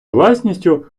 власністю